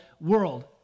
world